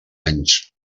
anys